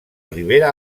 ribera